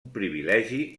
privilegi